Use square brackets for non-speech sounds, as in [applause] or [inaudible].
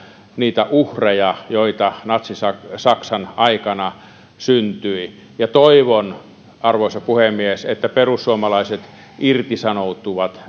niitä uhreja joita natsi saksan saksan aikana syntyi ja toivon arvoisa puhemies että perussuomalaiset irtisanoutuvat [unintelligible]